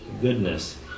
goodness